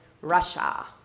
Russia